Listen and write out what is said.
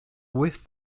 with